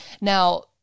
Now